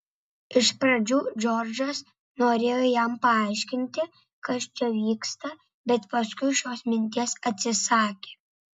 iš pradžių džordžas norėjo jam paaiškinti kas čia vyksta bet paskui šios minties atsisakė